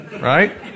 right